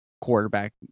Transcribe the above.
quarterback